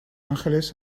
ángeles